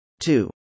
Two